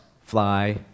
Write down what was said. fly